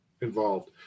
involved